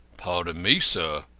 pardon me, sir.